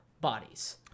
bodies